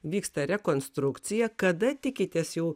vyksta rekonstrukcija kada tikitės jau